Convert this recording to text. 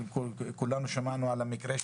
כולנו שמענו על המקרה שלה.